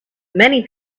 many